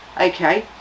okay